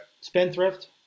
spendthrift